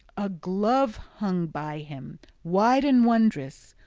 a glove hung by him wide and wondrous,